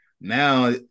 now